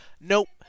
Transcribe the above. nope